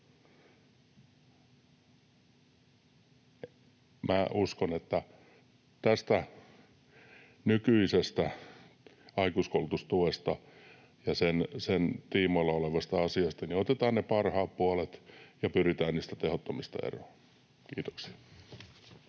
uskon, että tästä nykyisestä aikuiskoulutustuesta ja sen tiimoilla olevasta asiasta otetaan ne parhaat puolet ja pyritään niistä tehottomista eroon. — Kiitoksia.